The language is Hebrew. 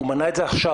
הוא מנע את זה עכשיו,